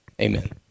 Amen